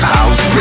House